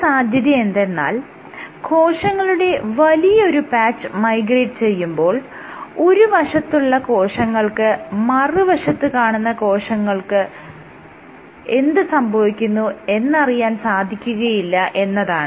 ഒരു സാധ്യതയെന്തെന്നാൽ കോശങ്ങളുടെ വലിയൊരു പാച്ച് മൈഗ്രേറ്റ് ചെയ്യുമ്പോൾ ഒരു വശത്തുള്ള കോശങ്ങൾക്ക് മറുവശത്ത് കാണപ്പെടുന്ന കോശങ്ങൾക്ക് എന്ത് സംഭവിക്കുന്നു എന്നറിയാൻ സാധിക്കുകയില്ല എന്നതാണ്